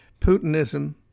Putinism